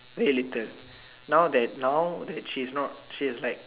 very little now that now that she is not she is like